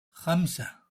خمسة